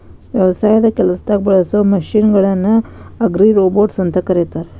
ವ್ಯವಸಾಯದ ಕೆಲಸದಾಗ ಬಳಸೋ ಮಷೇನ್ ಗಳನ್ನ ಅಗ್ರಿರೋಬೊಟ್ಸ್ ಅಂತ ಕರೇತಾರ